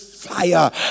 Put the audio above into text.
fire